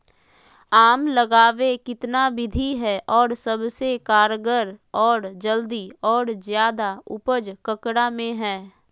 आम लगावे कितना विधि है, और सबसे कारगर और जल्दी और ज्यादा उपज ककरा में है?